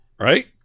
Right